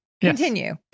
continue